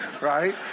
right